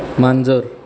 मांजर